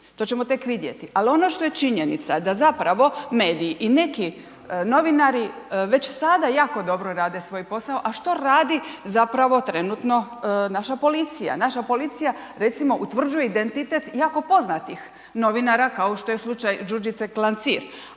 to ćemo tek vidjeti ali ono što je činjenica da zapravo, mediji i neki novinari već sada jako dobro rade svoj posao a što radi zapravo trenutno naša policija, naša policija recimo utvrđuje identitet jako poznatih novinara kao što je slučaj Đurđice Klancir